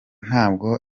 ntabwo